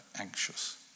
anxious